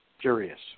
curious